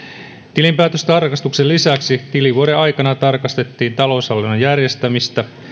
tilinpäätöstarkastuksen lisäksi tilivuoden aikana tarkastettiin taloushallinnon järjestämistä